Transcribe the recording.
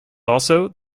also